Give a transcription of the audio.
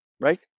right